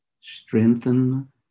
Strengthen